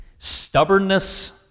Stubbornness